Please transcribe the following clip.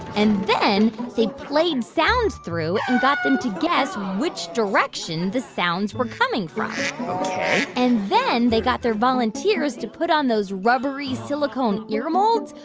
and then they played sounds through. and got them to guess which direction the sounds were coming from ok and then they got their volunteers to put on those rubbery silicone ear molds,